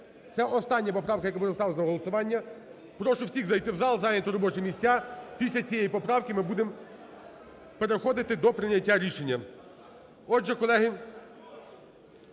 Це остання поправка, яка буде ставитися на голосування. Прошу всіх зайти в зал, зайняти робочі місця. Після цієї поправки ми будемо переходити до прийняття рішення.